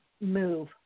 move